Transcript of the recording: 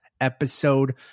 episode